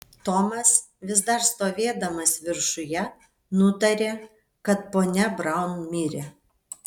tomas vis dar stovėdamas viršuje nutarė kad ponia braun mirė